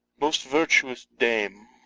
most virtuous dame!